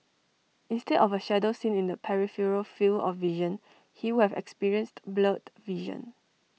instead of A shadow seen in the peripheral field of vision he would have experienced blurred vision